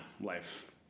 life